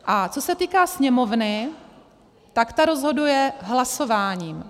A co se týká Sněmovny, tak ta rozhoduje hlasováním.